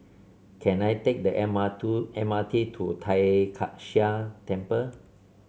can I take the M R to M R T to Tai Kak Seah Temple